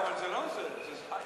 אסור לנו לשכוח